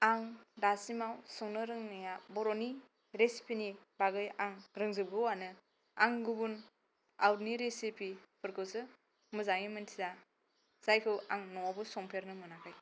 आं दासिमाव संनो रोंनाया बर'नि रेसिपिनि बागै आं रोंजोबगौआनो आं गुबुन आउटनि रेसिपिफोरखौसो मोजाङै मोनथिया जायखौ आं न'आवबो संफेरनो मोनाखै